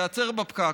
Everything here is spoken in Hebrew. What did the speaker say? הוא ייעצר בפקק,